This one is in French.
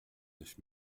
neuf